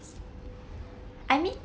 I mean